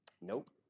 nope